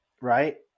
right